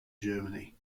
germany